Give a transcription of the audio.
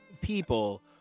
people